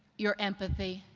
your empathy,